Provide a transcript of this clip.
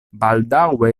baldaŭe